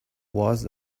was